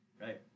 right